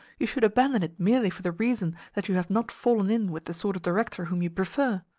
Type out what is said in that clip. you should abandon it merely for the reason that you have not fallen in with the sort of director whom you prefer!